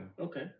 Okay